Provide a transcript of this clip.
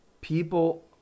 People